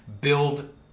build